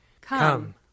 Come